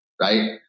right